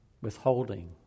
withholding